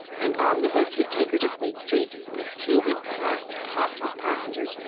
an omnibus would take her to fleet street, but two had passed, packed with passengers,